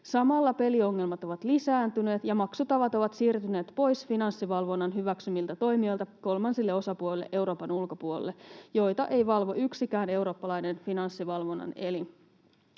Samalla peliongelmat ovat lisääntyneet ja maksutavat ovat siirtyneet pois finanssivalvonnan hyväksymiltä toimijoilta Euroopan ulkopuolelle kolmansille osapuolille, joita ei valvo yksikään eurooppalainen finanssivalvonnan elin.